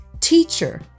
teacher